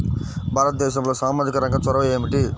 భారతదేశంలో సామాజిక రంగ చొరవ ఏమిటి?